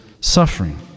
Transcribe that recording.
suffering